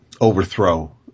overthrow